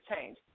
change